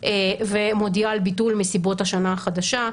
ומודיעה על ביטול מסיבות השנה החדשה.